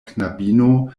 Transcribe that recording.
knabino